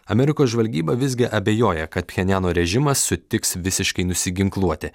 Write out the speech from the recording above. amerikos žvalgyba visgi abejoja kad pjenjano režimas sutiks visiškai nusiginkluoti